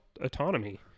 autonomy